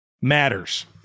matters